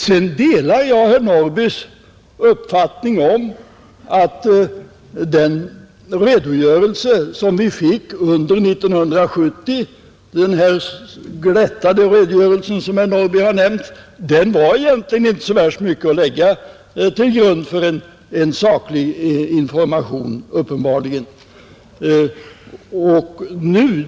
Jag delar herr Norrbys uppfattning om att den redogörelse som vi fick under 1970, den glättade redogörelsen som herr Norrby sade, uppenbarligen inte var så mycket att lägga till grund för en saklig information.